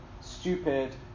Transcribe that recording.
stupid